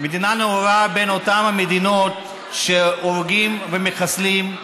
מדינה נאורה בין אותן המדינות שבהן הורגים ומחסלים,